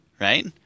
right